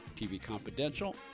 tvconfidential